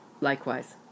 Likewise